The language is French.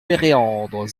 péréandre